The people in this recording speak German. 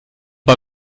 bei